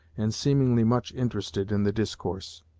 and seemingly much interested in the discourse.